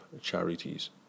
charities